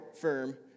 firm